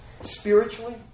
spiritually